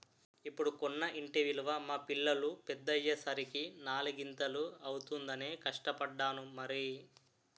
ఇప్పుడు కొన్న ఇంటి విలువ మా పిల్లలు పెద్దయ్యే సరికి నాలిగింతలు అవుతుందనే కష్టపడ్డాను మరి